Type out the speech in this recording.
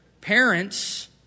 parents